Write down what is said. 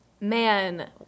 Man